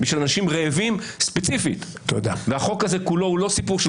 בשביל אנשים רעבים ספציפית והחוק הזה כולו הוא לא סיפור של